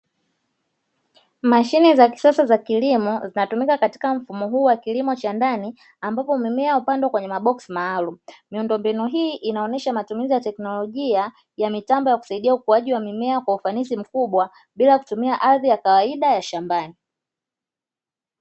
Mashine za kisasa za kilimo zinatumika katika mfumo huu wa kilimo cha ndani ambapo mimea hupandwa kwenye maboksi maalumu, miundombinu hii inaonesha matumizi ya teknolojia ya mitambo kusaidia ukuaji wa mimea kwa ufanisi mkubwa bila kutumia ardhi ya kawaida ya shambani.